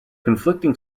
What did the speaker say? conflicting